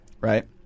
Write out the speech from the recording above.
right